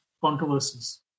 controversies